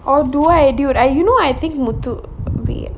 or do I dude I you know I think muthu will be